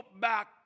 back